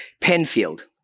Penfield